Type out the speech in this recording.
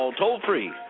toll-free